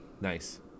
nice